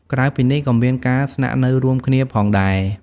ក្រៅពីនេះ ក៏មានការ ស្នាក់នៅរួមគ្នា ផងដែរ។